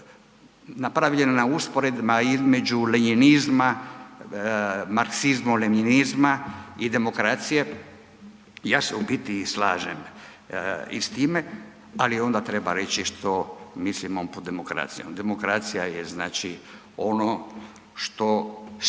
napravljena usporedba između lenjinizma, marksizma u lenjinizma i demokracije, ja se u biti slažem i s time, ali onda treba reći što mislimo pod demokracijom. Demokracija je znači ono što štiti